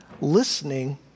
Listening